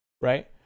Right